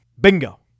Bingo